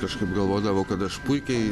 kažkaip galvodavau kad aš puikiai